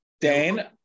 Dan